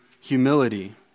humility